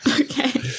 Okay